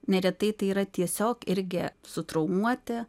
neretai tai yra tiesiog irgi su traumuoti